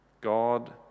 God